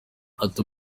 ati